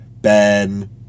Ben